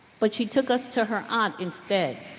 but she took us to her aunt instead.